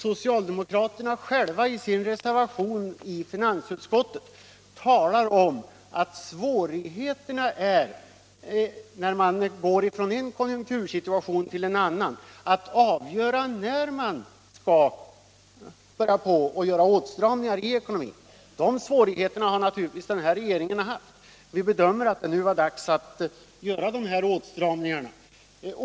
Socialdemokraterna har själva i sin reservation i finansutskottet talat om att svårigheterna när man går från en konjunktursituation till en annan är att avgöra när man skall börja göra åtstramningar i ekonomin. De svårigheterna har naturligtvis också den nya regeringen haft. Vi bedömde att det nu var dags att göra dessa åtstramningar.